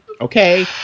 Okay